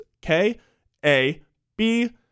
K-A-B